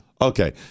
Okay